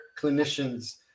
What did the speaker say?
clinicians